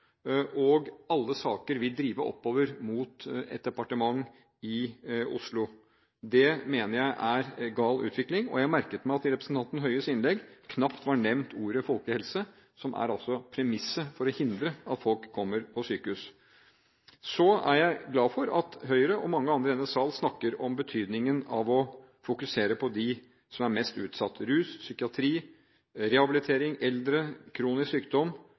der alle saker vil drive oppover mot et departement i Oslo. Det mener jeg er gal utvikling. Jeg merket meg at i representanten Høies innlegg var ordet folkehelse, som altså er premisset for å hindre at folk kommer på sykehus, knapt nevnt. Jeg er glad for at Høyre og mange andre i denne sal snakker om betydningen av å fokusere på dem som er mest utsatt – områdene rus, psykiatri, rehabilitering, eldre, kronisk sykdom